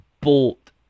bolt